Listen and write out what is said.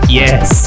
yes